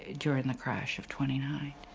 during the crash of twenty nine.